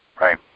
Right